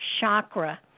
chakra